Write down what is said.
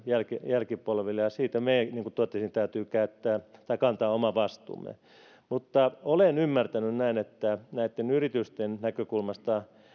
jälkipolville ja siitä meidän niin kuin totesin täytyy kantaa oma vastuumme mutta olen ymmärtänyt että näitten yritysten näkökulmasta